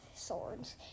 swords